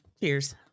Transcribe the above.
Cheers